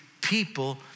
people